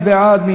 מי בעד,